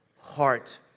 heart